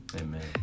Amen